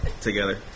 Together